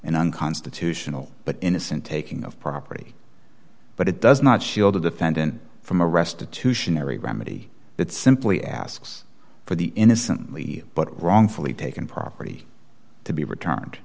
an unconstitutional but innocent taking of property but it does not shield a defendant from a restitution or a remedy that simply asks for the innocently but wrongfully taken property to be returned